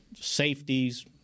safeties